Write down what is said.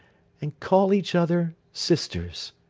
and call each other sisters.